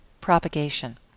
Propagation